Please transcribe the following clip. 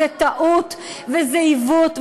זה טעות וזה עיוות,